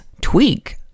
tweak